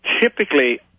typically